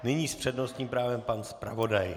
Nyní s přednostním právem pan zpravodaj.